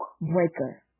breaker